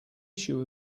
issue